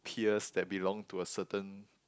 peers that belong to a certain